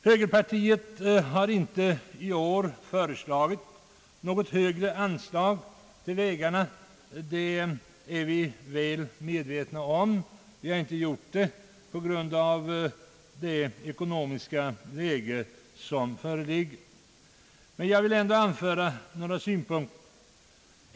Högerpartiet har inte i år föreslagit något högre anslag till vägarna — det är vi väl medvetna om. Skälet härtill är det ekonomiska läge som nu föreligger, men jag vill dock anföra några synpunkter.